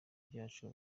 byacu